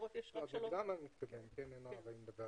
לא נוגעים בפוליטיקה.